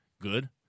good